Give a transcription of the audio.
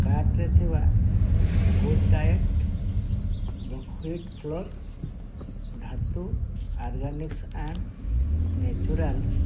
କାର୍ଟ୍ରେ ଥିବା good diet buckwheat flour Dhatu organics and naturals